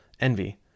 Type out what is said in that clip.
envy